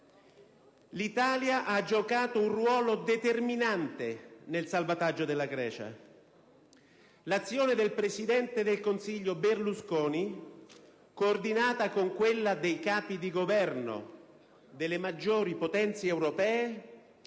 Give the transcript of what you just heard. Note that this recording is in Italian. L'Italia ha giocato un ruolo determinante nel salvataggio della Grecia. L'azione del presidente del Consiglio Berlusconi, coordinata con quella dei Capi di Governo delle maggiori potenze europee,